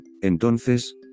Entonces